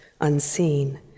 unseen